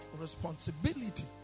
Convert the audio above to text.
responsibility